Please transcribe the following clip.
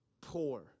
poor